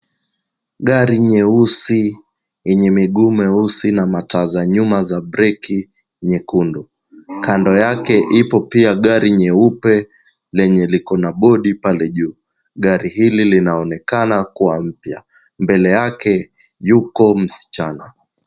Gari nyeusi yenye miguu mieusi na mataa za nyuma za breki nyekundu. Kando yake ipo pia gari nyeupe lenye liko na bodi pale juu. Gari hili linaonekana kuwa mpya, mbele yake yuko msichana.